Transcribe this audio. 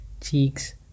cheeks